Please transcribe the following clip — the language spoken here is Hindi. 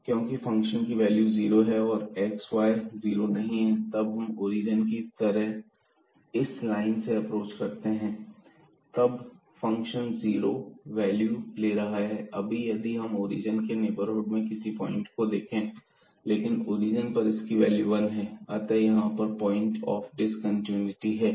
fyx→0f0y f00y0 क्योंकि फंक्शन की वैल्यू जीरो है जबकि x और y 0 नहीं है तो जब हम ओरिजन की तरह इस लाइन से अप्रोच करते हैं तब फंक्शन जीरो वैल्यू ले रहा है अभी यदि हम ओरिजन के नेबरहुड के किसी पॉइंट को देखें लेकिन ओरिजन पर इसकी वैल्यू 1 है अतः यहां पर पॉइंट ऑफ डिसकंटिन्यूटी है